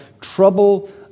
trouble